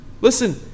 Listen